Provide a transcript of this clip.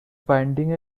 finding